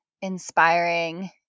inspiring